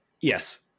yes